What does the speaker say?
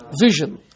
vision